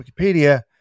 Wikipedia